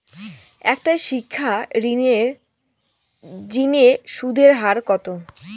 একটা শিক্ষা ঋণের জিনে সুদের হার কত?